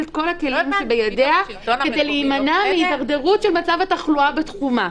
את כל הכלים שבידיה כדי להימנע מהידרדרות של מצב התחלואה בתחומה.